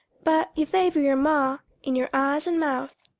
but you favor your ma in your eyes and mouth.